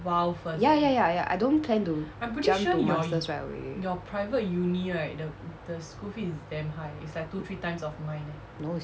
ya ya ya ya I don't plan to jump to master's right away no it's